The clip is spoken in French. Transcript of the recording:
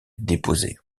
déposés